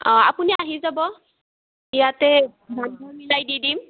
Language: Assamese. অঁ আপুনি আহি যাব ইয়াতে দামটো মিলাই দি দিম